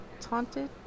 taunted